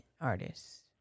artists